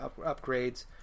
upgrades